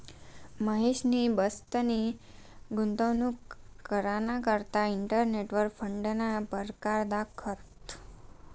महेशनी बचतनी गुंतवणूक कराना करता इंटरनेटवर फंडना परकार दखात